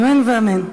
אמן ואמן.